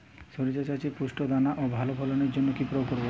শরিষা চাষে পুষ্ট দানা ও ভালো ফলনের জন্য কি প্রয়োগ করব?